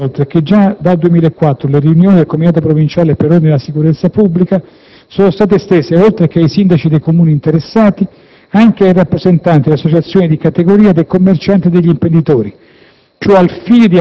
Ricordo, inoltre, che già dal 2004, le riunioni del Comitato provinciale per l'ordine e la sicurezza pubblica (C.P.O.S.P.) sono state estese, oltre che ai Sindaci dei Comuni interessati, anche ai rappresentanti delle associazioni di categoria dei commercianti e degli imprenditori.